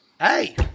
Hey